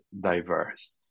diverse